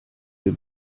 wir